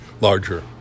larger